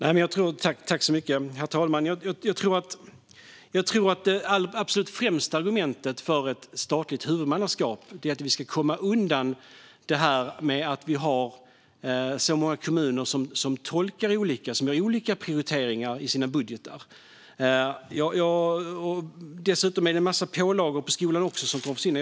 Herr talman! Jag tror att det absolut främsta argumentet för ett statligt huvudmannaskap är att vi ska komma undan det här att våra många kommuner tolkar olika och gör olika prioriteringar i sina budgetar. Dessutom finns det en massa pålagor på skolan som också kommer att försvinna.